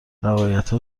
روایتها